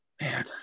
Man